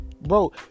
Bro